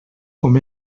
com